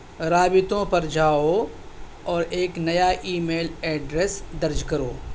رابطوں پر جاؤ اور ایک نیا ای میل ایڈریس درج کرو